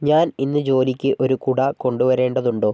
ഞാൻ ഇന്ന് ജോലിക്ക് ഒരു കുട കൊണ്ടുവരേണ്ടതുണ്ടോ